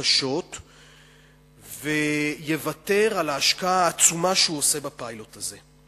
קשות ויוותר על ההשקעה העצומה שהוא עושה בפיילוט הזה.